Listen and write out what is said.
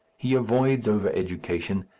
he avoids over-education,